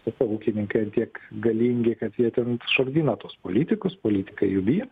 sakau ūkininkai ant tiek galingi kad jie ten šokdina tuos politikus politikai jų bijo